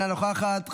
אינה נוכחת,